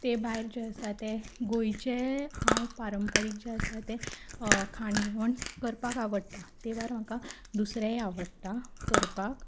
तें भायर जें आसा तें गोंयचें हांव पारंपारीक जें आसा तें खाण जेवण करपाक आवडटा ते भायर म्हाका दुसरेंय आवडटा करपाक